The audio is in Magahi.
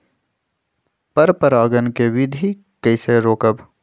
पर परागण केबिधी कईसे रोकब?